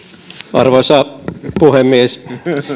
arvoisa puhemies